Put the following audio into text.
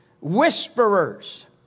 whisperers